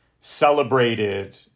celebrated